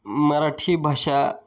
मराठी भाषा